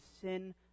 sin